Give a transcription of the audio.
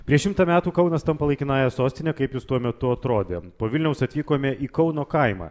prieš šimtą metų kaunas tampa laikinąja sostine kaip jis tuo metu atrodė po vilniaus atvykome į kauno kaimą